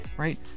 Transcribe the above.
right